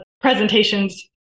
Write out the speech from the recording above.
presentations